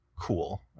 cool